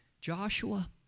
Joshua